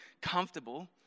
comfortable